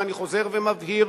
ואני חוזר ומבהיר,